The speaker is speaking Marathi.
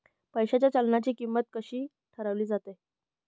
पैशाच्या चलनाची किंमत कशी ठरवली जाते